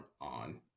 on